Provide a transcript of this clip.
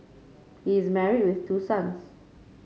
he is married with two sons